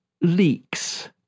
leaks